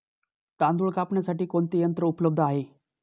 तांदूळ कापण्यासाठी कोणते यंत्र उपलब्ध आहे?